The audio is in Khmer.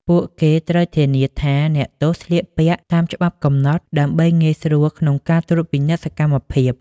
ពួកគេត្រូវធានាថាអ្នកទោសស្លៀកពាក់តាមច្បាប់កំណត់ ដើម្បីងាយស្រួលក្នុងការត្រួតពិនិត្យសកម្មភាព។